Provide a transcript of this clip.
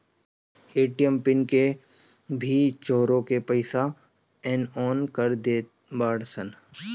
ATM pin के भी चोरा के पईसा एनेओने कर देत बाड़ऽ सन